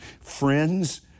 Friends